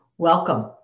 Welcome